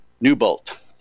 Newbolt